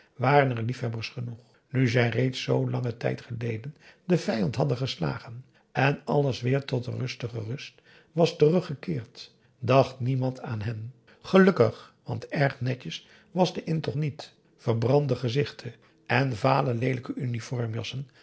waren er liefhebbers genoeg nu zij reeds zoo langen tijd geleden den vijand hadden geslagen en alles weer tot de rustige rust was teruggekeerd dacht niemand aan hen gelukkig want erg netjes was de intocht niet verbrande gezichten en vale leelijke